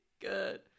good